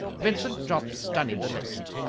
vincent jopp studied the list.